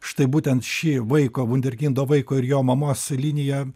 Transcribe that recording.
štai būtent ši vaiko vunderkindo vaiko ir jo mamos linija